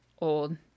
Old